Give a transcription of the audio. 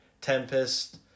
Tempest